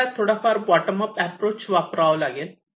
तुम्हाला थोडाफार bottom up approach वापरावा लागेल